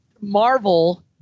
Marvel